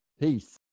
Peace